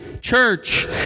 church